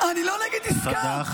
את נגד עסקה.